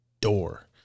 door